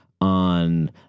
on